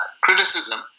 criticism